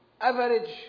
average